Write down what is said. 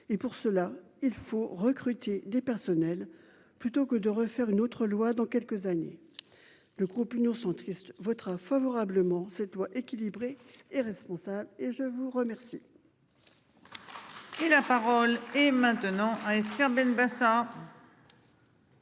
et pour cela il faut recruter des personnels plutôt que de refaire une autre loi dans quelques années. Le groupe Union centriste votera favorablement cette loi équilibrée et responsable et je vous remercie.